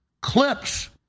clips